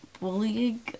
bullying